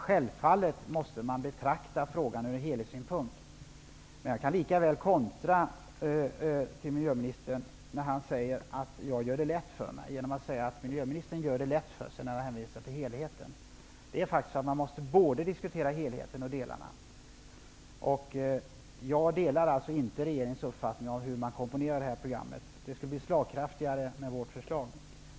Självfallet måste man betrakta frågan från helhetssynpunkt. Miljöministern säger att jag gör det lätt för mig, men jag kan lika gärna kontra och säga att miljöministern gör det lätt för sig genom att hänvisa till helheten. Man måste faktiskt diskutera både helheten och delarna. Jag delar inte regeringens uppfattning om hur det här programmet skall komponeras. Det skulle bli slagkraftigare med vårt förslag.